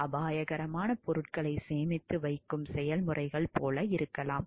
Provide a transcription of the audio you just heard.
அபாயகரமான பொருட்களை சேமித்து வைக்கும் செயல்முறைகள் போல இருக்கலாம்